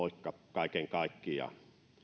kaiken kaikkiaan